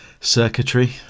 Circuitry